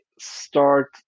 start